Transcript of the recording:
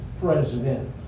president